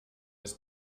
ist